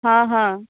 हॅं हॅं